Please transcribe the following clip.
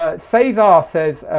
ah says, ah says,